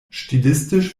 stilistisch